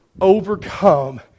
overcome